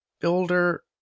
Builder